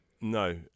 no